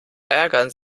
ärgern